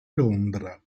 londra